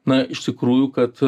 na iš tikrųjų kad a